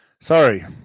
Sorry